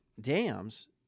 dams